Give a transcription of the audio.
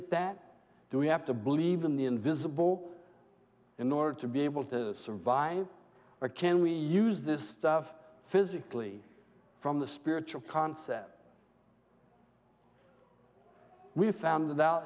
at that do we have to believe in the invisible in order to be able to survive or can we use this stuff physically from the spiritual concept we found